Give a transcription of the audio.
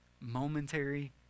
momentary